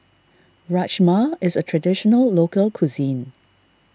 Rajma is a Traditional Local Cuisine